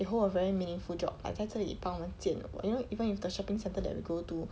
they hold a very meaningful job like 在这里帮我们建 you know like even if the shopping centre that we go to